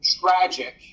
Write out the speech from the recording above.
tragic